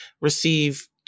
receive